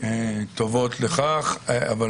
טובות לכך אבל